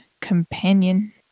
companion